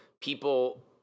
people